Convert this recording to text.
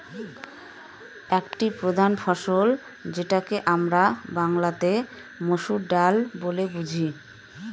একটি প্রধান ফসল যেটাকে আমরা বাংলাতে মসুর ডাল বলে বুঝি